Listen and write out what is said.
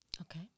Okay